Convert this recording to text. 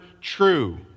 true